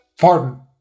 pardon